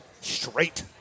Straight